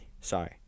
Sorry